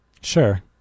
Sure